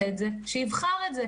לעשות את זה, שיבחר את זה.